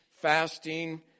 fasting